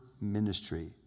ministry